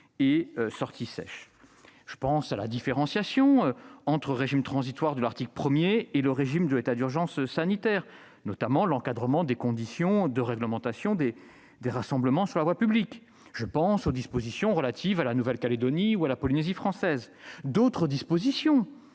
et sortie sèche. Je pense à la différenciation entre le régime transitoire de l'article 1 et le régime de l'état d'urgence sanitaire, s'agissant notamment de l'encadrement des conditions de réglementation des rassemblements sur la voie publique. Je pense également aux mesures relatives à la Nouvelle-Calédonie et à la Polynésie française. D'autres dispositions